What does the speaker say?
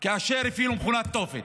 כאשר הפעילו מכונית תופת.